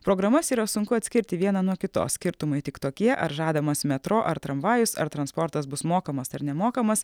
programas yra sunku atskirti vieną nuo kitos skirtumai tik tokie ar žadamas metro ar tramvajus ar transportas bus mokamas ar nemokamas